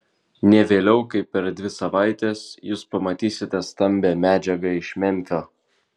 ne vėliau kaip per dvi savaites jūs pamatysite stambią medžiagą iš memfio